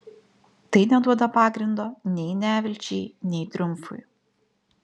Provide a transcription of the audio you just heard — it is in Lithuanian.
tai neduoda pagrindo nei nevilčiai nei triumfui